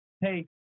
hey